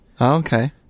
okay